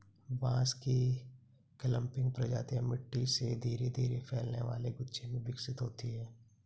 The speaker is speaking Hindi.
बांस की क्लंपिंग प्रजातियां मिट्टी से धीरे धीरे फैलने वाले गुच्छे में विकसित होती हैं